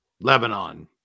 Lebanon